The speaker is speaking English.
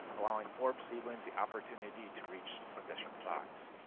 allowing forb seedlings the opportunity to reach sufficient size.